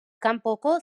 kanpoko